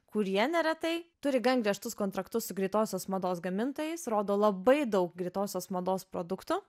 kurie neretai turi gan griežtus kontraktus su greitosios mados gamintojais rodo labai daug greitosios mados produktų